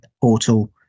portal